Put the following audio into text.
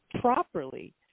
properly